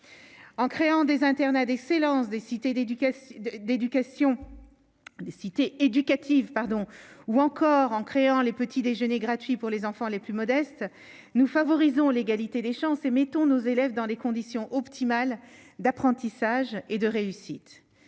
des cités d'éducation. D'éducation des cités éducative pardon ou encore en créant les petits déjeuners gratuits pour les enfants les plus modestes, nous favorisons l'égalité des chances et mettons nos élèves dans les conditions optimales d'apprentissage et de réussite,